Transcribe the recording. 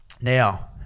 Now